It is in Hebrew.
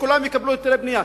ושכולם יקבלו היתרי בנייה.